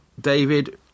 David